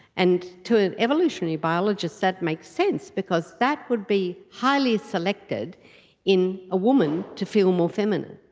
and to an evolutionary biologist that makes sense because that would be highly selected in a woman to feel more feminine.